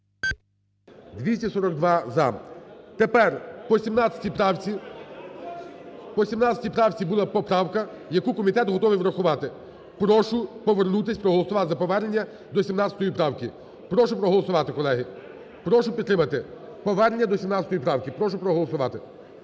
17 правці... По 17 правці була поправка, яку комітет готовий врахувати, прошу повернутися, проголосувати за повернення до 17 правки. Прошу проголосувати, колеги, прошу підтримати. Повернення до 17 правки прошу проголосувати.